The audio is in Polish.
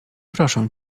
proszę